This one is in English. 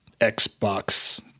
Xbox